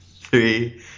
Three